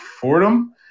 Fordham